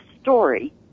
story